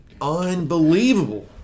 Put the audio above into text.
unbelievable